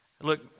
look